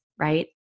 right